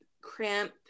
crimp